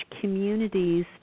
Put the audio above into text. communities